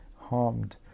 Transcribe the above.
harmed